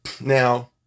Now